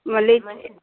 మళ్ళీ